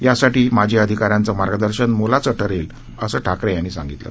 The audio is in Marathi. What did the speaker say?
यासाठी या माजी अधिकाऱ्यांचं मार्गदर्शन मोलाचं ठरेल असं ठाकरे यांनी सांगितलं